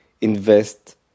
invest